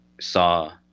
saw